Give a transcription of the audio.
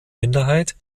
minderheit